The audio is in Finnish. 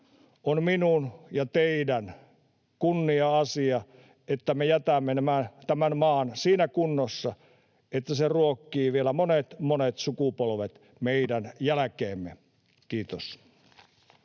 ja teidän kunnia-asianne, että me jätämme tämän maan siinä kunnossa, että se ruokkii vielä monet, monet sukupolvet meidän jälkeemme. — Kiitos.